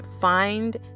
find